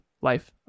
Life